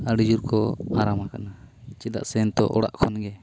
ᱟᱹᱰᱤᱡᱳᱨ ᱠᱚ ᱟᱨᱟᱢᱟᱠᱟᱱᱟ ᱪᱮᱫᱟᱜ ᱥᱮ ᱱᱤᱛᱳᱜ ᱚᱲᱟᱜ ᱠᱷᱚᱱᱜᱮ